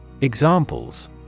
Examples